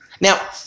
Now